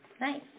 Nice